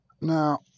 Now